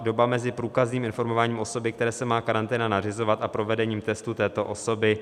doba mezi průkazným informováním osoby, které se má karanténa nařizovat, a provedením testu této osoby;